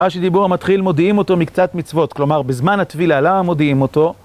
רש"י דיבור המתחיל מודיעים אותו מקצת מצוות, כלומר, בזמן הטבילה למה מודיעים אותו?